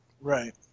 Right